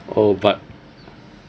oh but